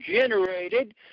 generated